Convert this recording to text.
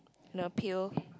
and a pail